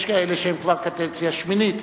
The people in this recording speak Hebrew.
יש כאלה שהם כבר קדנציה שמינית.